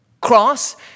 cross